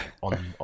on